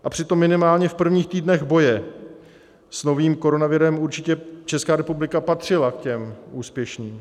A přitom minimálně v prvních týdnech boje s novým koronavirem určitě Česká republika patřila k těm úspěšným.